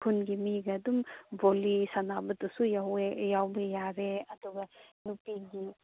ꯈꯨꯟꯒꯤ ꯃꯤꯒ ꯑꯗꯨꯝ ꯚꯣꯂꯤ ꯁꯥꯟꯅꯕꯗꯁꯨ ꯌꯥꯎꯒꯦ ꯌꯥꯔꯦ ꯑꯗꯨꯒ ꯅꯨꯄꯤꯒꯤ